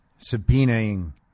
subpoenaing